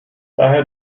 daher